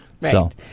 Right